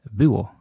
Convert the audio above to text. było